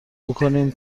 بکنیم